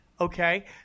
okay